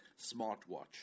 smartwatch